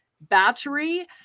battery